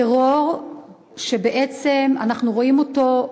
טרור שבעצם אנחנו רואים אותו,